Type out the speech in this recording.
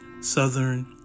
southern